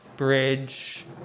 Bridge